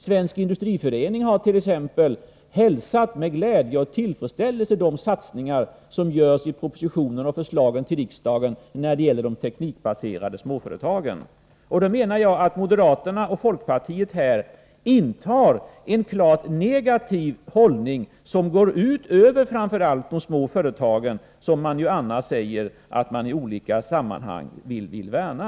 Svensk industriförening har t.ex. med glädje och tillfredsställelse hälsat de satsningar som görs i propositionen när det gäller de teknikbaserade småföretagen. Moderaterna och folkpartiet intar här en klart negativ hållning, som går ut över framför allt småföretagen, vilka man annars i olika sammanhang säger sig vilja värna.